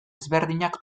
ezberdinak